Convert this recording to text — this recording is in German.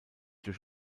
durch